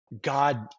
God